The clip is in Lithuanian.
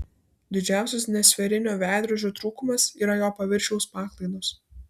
didžiausias nesferinio veidrodžio trūkumas yra jo paviršiaus paklaidos